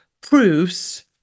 proves